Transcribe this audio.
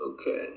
Okay